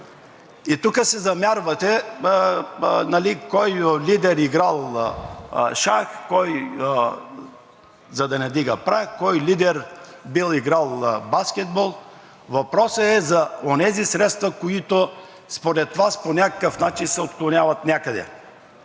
Тук се замервате – кой лидер играл шах, за да не вдига прах, кой лидер бил играл баскетбол. Въпросът е за онези средства, които според Вас по някакъв начин се отклоняват някъде.